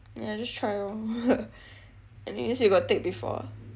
yah just try lor anyways you got take before [what]